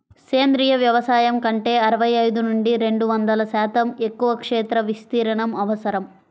సేంద్రీయ వ్యవసాయం కంటే అరవై ఐదు నుండి రెండు వందల శాతం ఎక్కువ క్షేత్ర విస్తీర్ణం అవసరం